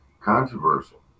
controversial